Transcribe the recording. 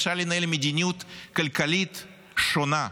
אפשר לנהל מדיניות כלכלית שונה.